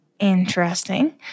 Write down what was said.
Interesting